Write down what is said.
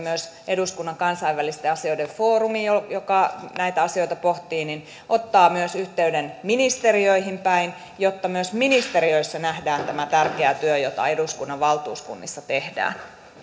eduskunnan kansainvälisten asioiden foorumi joka näitä asioita pohtii ottaa yhteyden myös ministeriöihin päin jotta myös ministeriöissä nähdään tämä tärkeä työ jota eduskunnan valtuuskunnissa tehdään